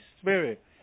Spirit